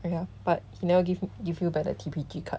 !aiya! but he never give yo~ give you feel better T_P_G card